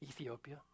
Ethiopia